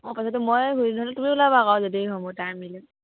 অঁ ময়ে তুমি ওলাবা আকৌ যদি সময় টাইম মিলে